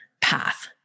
path